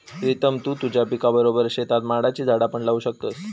प्रीतम तु तुझ्या पिकाबरोबर शेतात माडाची झाडा पण लावू शकतस